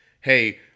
hey